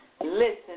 listen